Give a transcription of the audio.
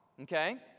Okay